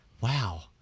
wow